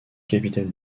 capitale